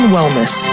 Wellness